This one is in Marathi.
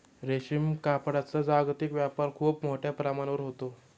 रेशीम कापडाचा जागतिक व्यापार खूप मोठ्या प्रमाणावर होतो